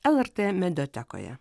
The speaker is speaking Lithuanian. lrt mediatekoje